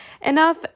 enough